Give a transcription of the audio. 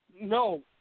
No